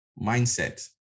Mindset